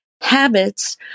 habits